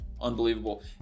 Unbelievable